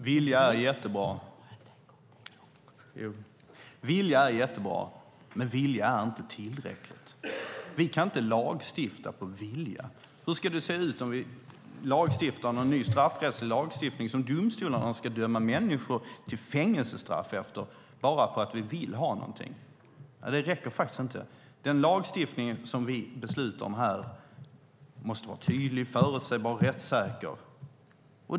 Herr talman! Vilja är jättebra, men vilja är inte tillräckligt. Vi kan inte lagstifta på "vilja". Hur skulle det se ut om vi beslutade om en ny straffrättslig lagstiftning där domstolarna ska döma människor till fängelsestraff efter bara därför att vi vill ha något! Det räcker faktiskt inte. Den lagstiftning som vi beslutar om här måste vara tydlig, förutsägbar och rättssäker.